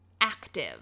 active